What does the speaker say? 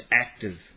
active